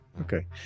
Okay